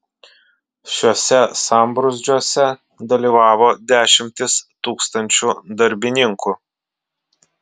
šiuose sambrūzdžiuose dalyvavo dešimtys tūkstančių darbininkų